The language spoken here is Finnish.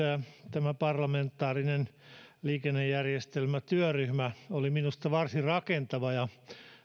tämä parlamentaarinen liikennejärjestelmätyöryhmä oli minusta varsin rakentava ja